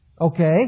okay